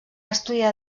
estudiar